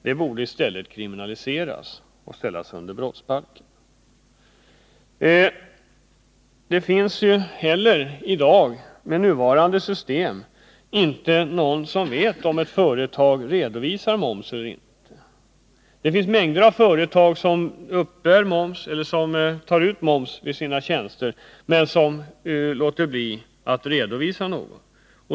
Detta borde i stället kriminaliseras och ställas under brottsbalken. Det finns med nuvarande system heller inte någon som vet om ett företag redovisar moms eller inte. Det finns mängder av företag som tar ut moms vid sina tjänster men som underlåter att redovisa den.